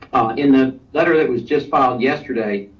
in the letter that was just filed yesterday,